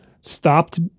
stopped